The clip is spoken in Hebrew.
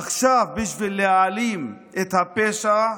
עכשיו, בשביל להעלים את הפשע,